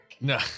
No